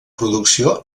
producció